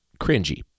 cringy